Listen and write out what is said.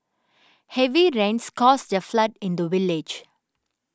heavy rains caused a flood in the village